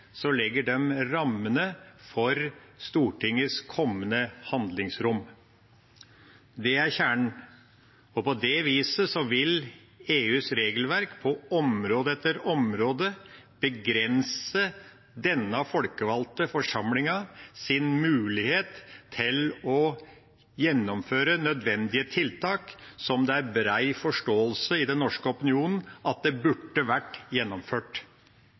legger de rammene for Stortingets kommende handlingsrom. Det er kjernen. På det viset vil EUs regelverk på område etter område begrense denne folkevalgte forsamlingens mulighet til å gjennomføre nødvendige tiltak som det er bred forståelse i den norske opinionen om at burde ha vært gjennomført.